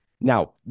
Now